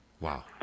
Wow